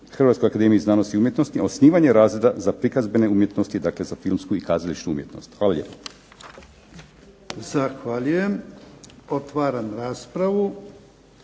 Hrvatskoj akademiji znanosti i umjetnosti osnivanje razreda za prikazbene umjetnosti, dakle za filmsku i kazališnu umjetnost. Hvala lijepo. **Jarnjak, Ivan (HDZ)**